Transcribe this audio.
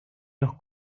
los